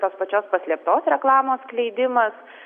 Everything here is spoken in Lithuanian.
tos pačios paslėptos reklamos skleidimas